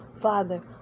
father